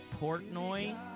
Portnoy